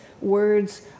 words